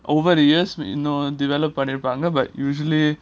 over the years you know developed பண்ணிருப்பாங்க:pannirupanga but usually